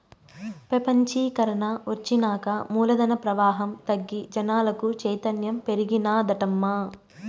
పెపంచీకరన ఒచ్చినాక మూలధన ప్రవాహం తగ్గి జనాలకు చైతన్యం పెరిగినాదటమ్మా